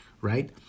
right